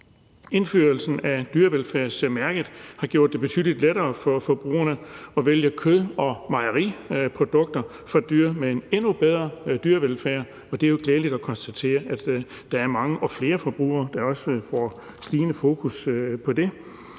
Indførelsen af dyrevelfærdsmærket har gjort det betydelig lettere for forbrugerne at vælge kød- og mejeriprodukter fra dyr med en endnu bedre dyrevelfærd, og det er jo glædeligt at konstatere, at der er mange og flere forbrugere, der også får stigende fokus på det.